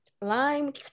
lime